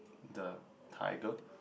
the tiger